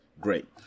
Great